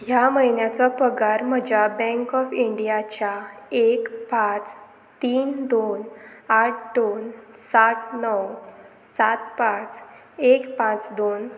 ह्या म्हयन्याचो पगार म्हज्या बँक ऑफ इंडियाच्या एक पांच तीन दोन आठ दोन सात णव सात पांच एक पांच दोन